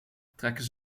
trekken